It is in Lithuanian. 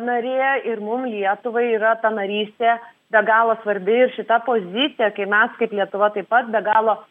narė ir mum lietuvai yra ta narystė be galo svarbi ir šita pozicija kai mes kaip lietuva taip pat be galo